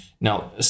Now